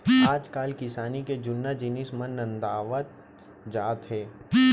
आजकाल किसानी के जुन्ना जिनिस मन नंदावत जात हें